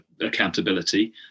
accountability